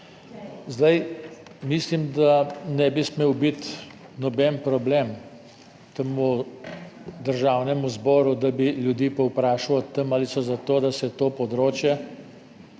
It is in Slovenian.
Zdaj mislim, da ne bi smel biti noben problem temu Državnemu zboru, da bi ljudi povprašal o tem, ali so za to, da se to področje,